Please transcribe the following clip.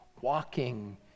walking